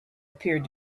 appeared